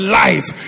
life